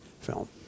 film